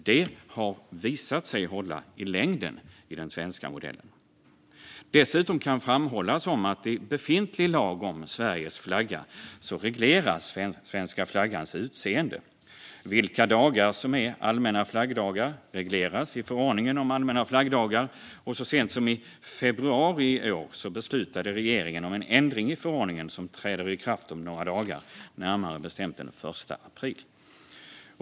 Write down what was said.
Det har visat sig hålla i längden i den svenska modellen. Dessutom kan framhållas att i befintlig lag om Sveriges flagga regleras svenska flaggans utseende. Vilka dagar som är allmänna flaggdagar regleras i förordningen om allmänna flaggdagar. Så sent som i februari i år beslutade regeringen om en ändring i förordningen som träder i kraft om några dagar, närmare bestämt den 1 april.